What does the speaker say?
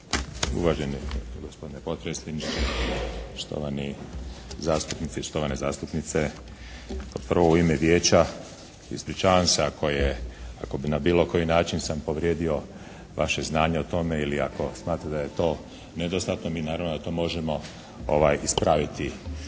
Uvaženi gospodine potpredsjedniče, štovani zastupnici, štovane zastupnice. Prvo u ime Vijeća ispričavam se ako je, ako na bilo koji način sam povrijedio vaše znanje o tome ili ako smatrate da je to nedostatno, mi naravno da to možemo ispraviti,